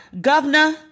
Governor